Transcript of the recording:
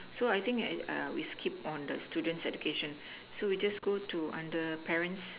so I think we skip on the student's education so we just go to under parents